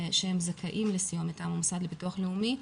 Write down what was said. שהם זכאים לסיוע מטעם המוסד לביטוח לאומי,